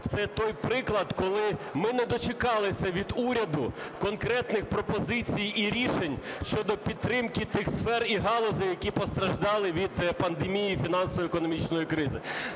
це той приклад, коли ми не дочекалися від уряду конкретних пропозицій і рішень щодо підтримки тих сфер і галузей, які постраждали від пандемії, фінансово-економічної кризи,